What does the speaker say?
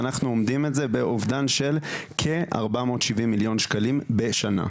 ואנחנו אומדים את זה באובדן של כ-470 מיליון שקלים בשנה.